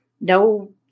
no